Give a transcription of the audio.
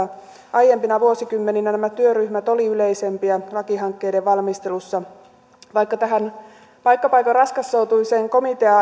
aiempina vuosikymmeninä nämä työryhmät olivat yleisempiä lakihankkeiden valmistelussa vaikka näihin paikka paikoin raskassoutuisiin komitea